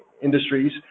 industries